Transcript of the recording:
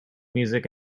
music